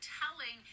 telling